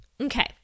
okay